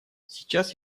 сейчас